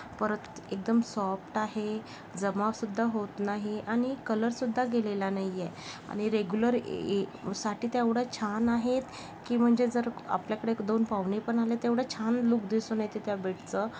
परत एकदम सॉफ्ट आहे जमासुद्धा होत नाही आणि कलरसुद्धा गेलेला नाही आहे आणि रेग्युलर साठी त्या एवढ्या छान आहेत की म्हणजे जर आपल्याकडे दोन पाहुणे पण आले तर एवढा छान लुक दिसून येते त्या बेडचं